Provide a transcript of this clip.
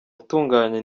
utunganya